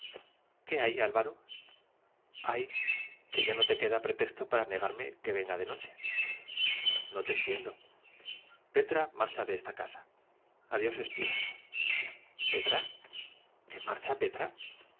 qué hay álvaro hay que ya no te queda pretexto para negarme que venga de noche no te entiendo petra marcha de esta casa adiós espías petra qué marcha petra